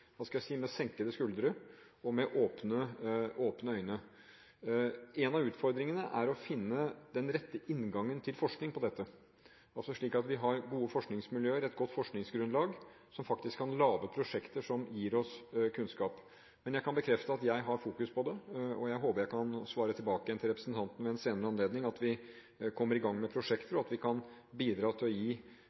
av utfordringene er å finne den rette inngangen til forskning på dette, slik at vi har gode forskningsmiljøer og et godt forskningsgrunnlag som faktisk kan lage prosjekter som gir oss kunnskap. Jeg kan bekrefte at jeg har fokus på dette, og jeg håper jeg kan svare tilbake igjen til representanten ved en senere anledning at vi kommer i gang med prosjekter, og at vi kan bidra til å gi